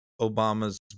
Obama's